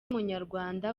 munyarwanda